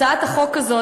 הצעת החוק הזאת,